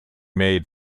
made